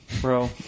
bro